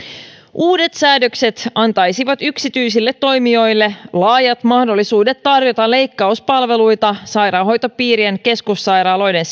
uudet säädökset antaisivat yksityisille toimijoille laajat mahdollisuudet tarjota leikkauspalveluita sairaanhoitopiirien keskussairaaloiden